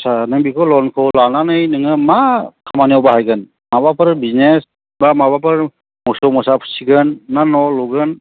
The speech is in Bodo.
आच्चा नों बेखौ ल'नखौ लानानै नोङो मा खामानियाव बाहायगोन माबाफोर बिजनेस बा माबाफोर मोसौ मोसा फिसिगोन ना न' लुगोन